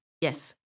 Yes